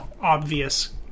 Obvious